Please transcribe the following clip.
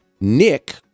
Nick